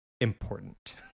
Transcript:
important